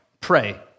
pray